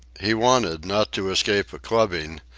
he wanted, not to escape a clubbing,